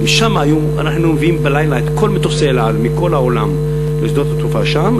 והיינו מביאים בלילה את כל מטוסי "אל על" מכל העולם לשדות התעופה שם.